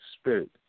spirit